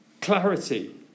clarity